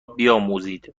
بیاموزید